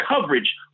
coverage